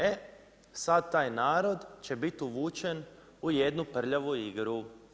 E sad taj narod će bit uvučen u jednu prljavu igru.